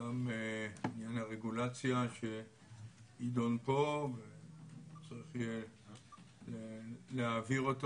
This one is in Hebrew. גם עניין הרגולציה שיידון פה וצריך להעביר אותו.